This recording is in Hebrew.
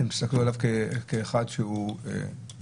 אתם תסתכלו עליו כאחד שהוא מחלים?